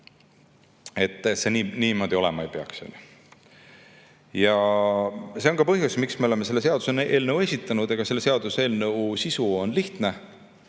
et see niimoodi olema ei peaks. See on ka põhjus, miks me oleme selle seaduseelnõu esitanud. Selle seaduseelnõu sisu on lihtne.